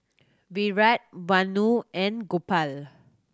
Virat Vanu and Gopal